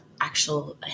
actual